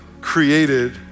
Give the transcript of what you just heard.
created